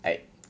like